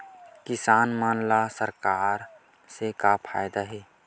किसान मन ला सरकार से का फ़ायदा हे?